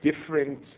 different